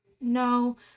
No